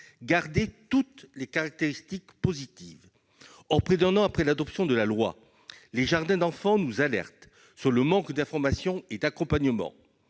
garder toutes les caractéristiques positives ». Or, près d'un an après l'adoption de la loi, les jardins d'enfants nous alertent sur le manque d'information et d'accompagnement.